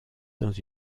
dans